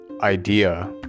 idea